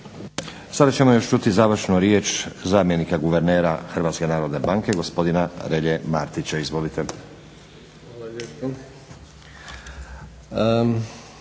Sada ćemo još čuti završnu riječ zamjenika guvernera HNB-a gospodina Relje Martića. Izvolite.